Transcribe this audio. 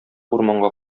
урманга